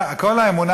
כל האמונה,